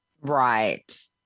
Right